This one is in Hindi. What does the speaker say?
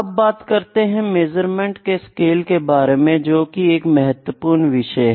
अब हम बात करेंगे मेजरमेंट के स्केल के बारे में जो कि एक महत्वपूर्ण विषय है